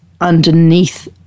underneath